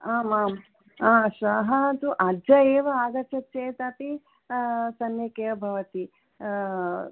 आम् आम् श्वः तु अद्य एव आगच्चति चेत् अपि सम्यक् एव भवति